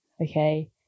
okay